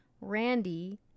Randy